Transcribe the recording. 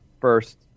first